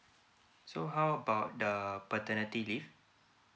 so how about the paternity leave